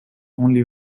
only